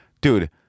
Dude